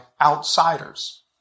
outsiders